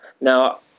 Now